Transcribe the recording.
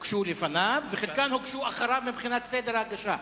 הוגשו לפניו וחלקן הוגשו אחריו, מבחינת סדר ההגשה.